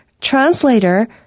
translator